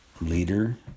leader